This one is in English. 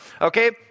Okay